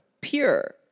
pure